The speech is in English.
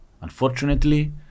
Unfortunately